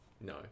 no